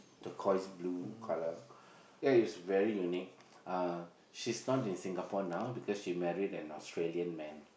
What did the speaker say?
turquoise blue colour ya it's very unique uh she's not in Singapore now because she married an Australian man